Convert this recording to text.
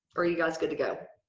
are you guys good to go?